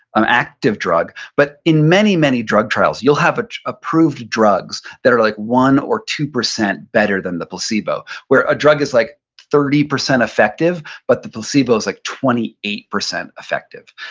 an active drug. but in many, many drug trials, you'll have ah approved drugs that are like one percent or two percent better than the placebo, where a drug is like thirty percent effective, but the placebo is like twenty eight percent effective.